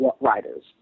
writers